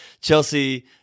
Chelsea